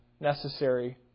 necessary